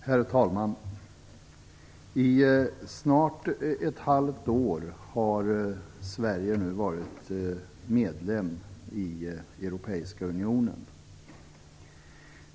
Herr talman! I snart ett halvt år har Sverige nu varit medlem i Europeiska unionen.